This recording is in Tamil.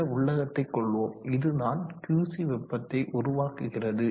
இந்த உள்ளகத்தை கொள்வோம் இதுதான் QC வெப்பத்தை உருவாக்குகிறது